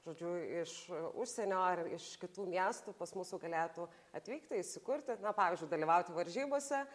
žodžiu iš užsienio ar iš kitų miestų pas mūsų galėtų atvykti įsikurti na pavyzdžiui dalyvauti varžybose